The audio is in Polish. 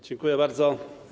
Dziękuję bardzo.